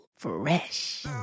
Fresh